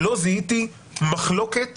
מחלוקת